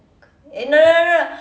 eh no no no no